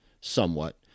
somewhat